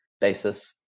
basis